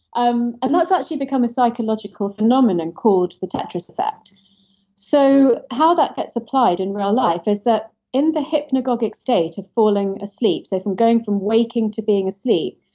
um and that's actually become a psychological phenomenon called the tetras effect so how that gets applies in real life is that in the hypnagogic state of falling asleep, so going from waking to being asleep,